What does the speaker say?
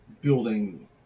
building